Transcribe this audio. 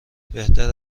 بهتر